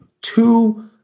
two